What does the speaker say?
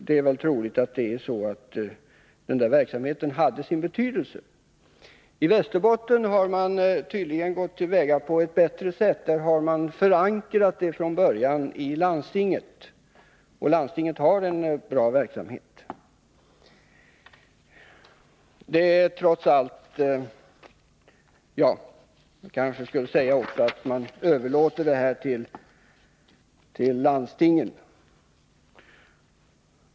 Det är troligt att verksamheten hade efterverkande betydelse. I Västerbotten har man tydligen gått till väga på ett bättre sätt. Där har man från början förankrat verksamheten i landstinget, som bedriver en bra verksamhet. Man överlåter denna verksamhet på landstingen.